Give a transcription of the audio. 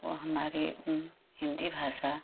वह हमारी हिन्दी भाषा